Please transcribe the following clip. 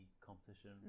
competition